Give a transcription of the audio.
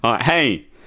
hey